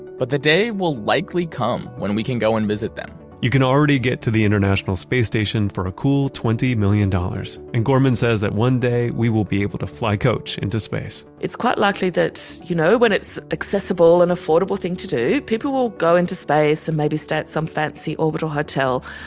but the day will likely come when we can go and visit them you can already get to the international space station for a cool twenty million dollars and gorman says that one day, we will be able to fly coach into space it's quite likely that, you know, when it's an accessible and affordable thing to do, people will go into space and maybe stay at some fancy orbital hotel.